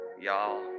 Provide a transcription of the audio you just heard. Y'all